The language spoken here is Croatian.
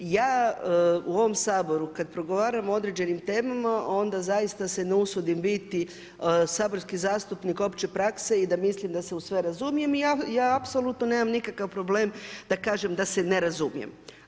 Ja u ovom Saboru, kada pregovaramo o određenim temama, onda zaista se ne usudim biti saborski zastupnik opće prakse i da mislim da se u sve razumijem i ja apsolutno nemam nikakav problem da kažem da se ne razumijete.